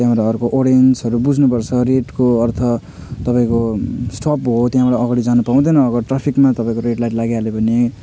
त्यहाँबाट अर्को अरेन्ज तर बुझ्नु पर्छ रेडको अर्थ तपाईँको स्टप हो त्यहाँबाट अगाडि जानु पाउँदैन अगर ट्राफिकमा तपाईँको रेड लाइट लागि हाल्यो भने